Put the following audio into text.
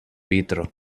vitro